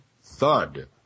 thud